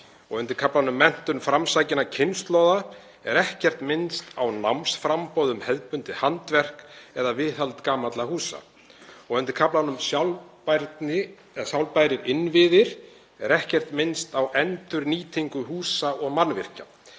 undir kaflanum um menntun framsækinna kynslóða er ekkert minnst á námsframboð um hefðbundið handverk eða viðhald gamalla húsa. Undir kaflanum um sjálfbæra innviði er ekkert minnst á endurnýtingu húsa og mannvirkja.